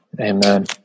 Amen